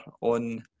on